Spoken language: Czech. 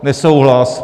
Nesouhlas.